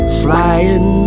flying